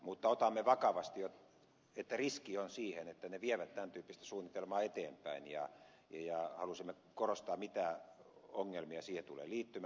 mutta otamme vakavasti että riski on siihen että ne vievät tämän tyyppistä suunnitelmaa eteenpäin ja halusimme korostaa mitä ongelmia siihen tulee liittymään